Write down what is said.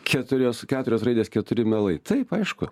keturios keturios raidės keturi mielai taip aišku